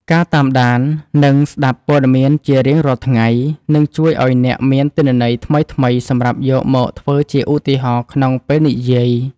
ការតាមដាន និងស្ដាប់ព័ត៌មានជារៀងរាល់ថ្ងៃ នឹងជួយឱ្យអ្នកមានទិន្នន័យថ្មីៗសម្រាប់យកមកធ្វើជាឧទាហរណ៍ក្នុងពេលនិយាយ។